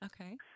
Okay